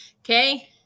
okay